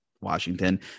Washington